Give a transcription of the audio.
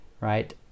right